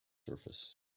surface